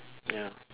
ya